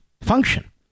function